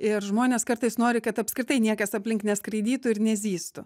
ir žmonės kartais nori kad apskritai niekas aplink neskraidytų ir nezyztų